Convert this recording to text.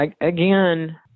again